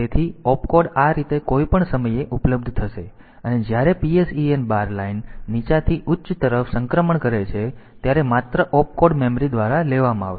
તેથી ઓપકોડ આ રીતે કોઈપણ સમયે ઉપલબ્ધ થશે અને જ્યારે PSEN બાર લાઇન નીચાથી ઉચ્ચ તરફ સંક્રમણ કરે છે ત્યારે માત્ર ઓપકોડ મેમરી દ્વારા લેવામાં આવશે